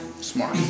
Smart